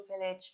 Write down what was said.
village